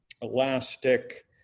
elastic